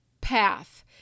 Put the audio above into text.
path